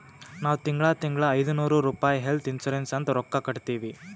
ನಾವ್ ತಿಂಗಳಾ ತಿಂಗಳಾ ಐಯ್ದನೂರ್ ರುಪಾಯಿ ಹೆಲ್ತ್ ಇನ್ಸೂರೆನ್ಸ್ ಅಂತ್ ರೊಕ್ಕಾ ಕಟ್ಟತ್ತಿವಿ